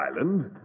island